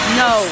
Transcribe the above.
no